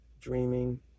dreaming